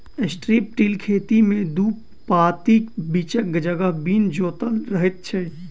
strip till खेती मे दू पाँतीक बीचक जगह बिन जोतल रहैत छै